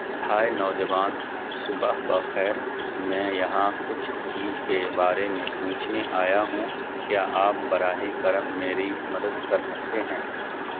ہائے نوجوان صبح بخیر میں یہاں کچھ چیز کے بارے میں پوچھنے آیا ہوں کیا آپ براہ کرم میری مدد کر سکتے ہیں